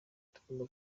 tugomba